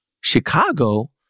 Chicago